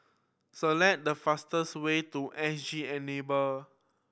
select the fastest way to S G Enable